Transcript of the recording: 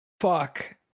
Fuck